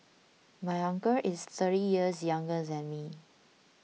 my uncle is thirty years younger than me